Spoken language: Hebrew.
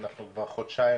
אנחנו כבר חודשיים,